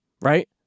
Right